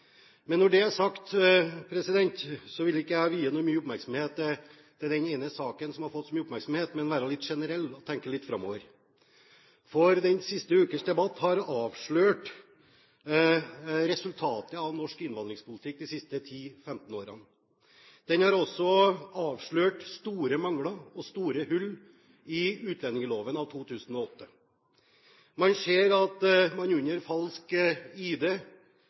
Når det er sagt, vil jeg ikke vie mye oppmerksomhet til den ene saken som har fått så mye oppmerksomhet, men være litt generell og tenke litt framover. Den siste ukes debatt har avslørt resultatet av norsk innvandringspolitikk de siste 10–15 årene. Den har også avslørt store mangler og store hull i utlendingsloven av 2008. Vi ser at man under falsk ID